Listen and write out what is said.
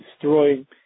destroying